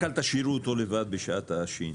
רק אל תשאירו אותו לבד בשעת השי"ן.